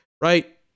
right